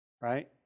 Right